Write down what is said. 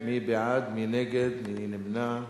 מי בעד, מי נגד, מי נמנע?